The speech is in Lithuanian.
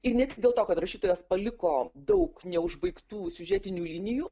ir ne tik dėl to kad rašytojas paliko daug neužbaigtų siužetinių linijų